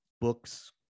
books